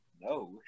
No